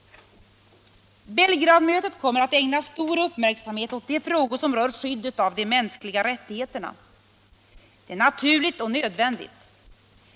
Belgradmötet kommer att ägna stor uppmärksamhet åt de frågor som rör skyddet av de mänskliga rättigheterna. Det är naturligt och nödvändigt.